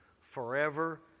forever